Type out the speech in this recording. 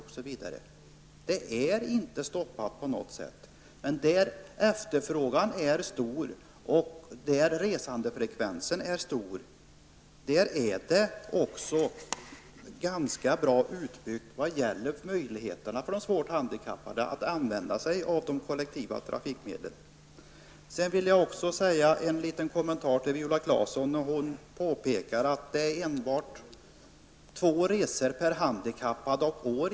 Det är således inte stopp på något sätt. Där efterfrågan och resandefrekvenser är stora är också de svårt handikappades möjligheter att utnyttja kollektivtrafiken ganska goda. Så en liten kommentar till Viola Claesson, som påpekar att riksfärdtjänsten omfattar enbart två resor per handikappad och år.